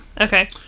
okay